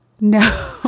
No